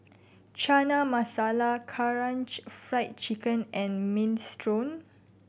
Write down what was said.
Chana Masala Karaage Fried Chicken and Minestrone